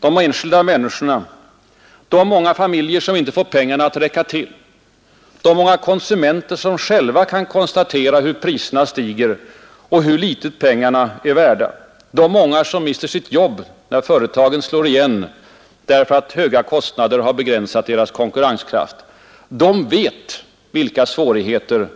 De enskilda människorna, de många familjer som inte får pengarna att räcka till, de många konsumenter som själva kan konstatera hur priserna stiger och hur litet pengarna är värda och de många som mister sina jobb när företagen slår igen, därför att höga kostnader begränsat företagens konkurrenskraft, de vet vilka svårigheter